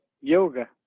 yoga